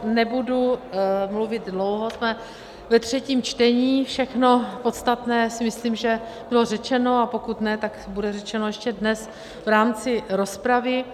Nebudu mluvit dlouho, jsme ve třetím čtení, všechno podstatné si myslím, že bylo řečeno, a pokud ne, tak bude řečeno ještě dnes v rámci rozpravy.